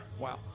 Wow